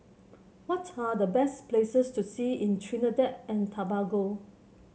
what are the best places to see in Trinidad and Tobago